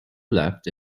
left